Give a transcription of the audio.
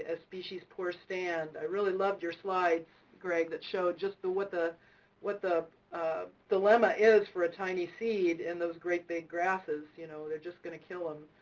ah species poor stand, i really loved your slides, greg, that showed just what the what the um dilemma is for a tiny seed in those great big grasses. you know, they're just going to kill them.